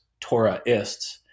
Torahists